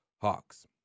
Hawks